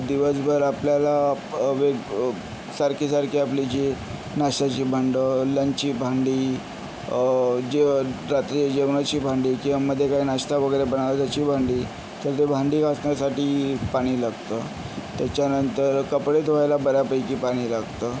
दिवसभर आपल्याला वेग सारखे सारखे आपले जे नाष्ट्याचे भांडं लंचची भांडी जेवता ते जेवणाची भांडे किंवा मध्ये काय नाश्ता वगैरे बनवला त्याची वांडी तर ते भांडी घासण्यासाठी पाणी लागतं त्याच्यानंतर कपडे धुवायला बऱ्यापैकी पाणी लागतं